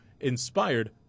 inspired